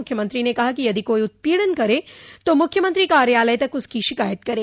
मुख्यमंत्री ने कहा कि यदि कोई उत्पीड़न करे तो मुख्यमंत्री कार्यालय तक उसकी शिकायत करे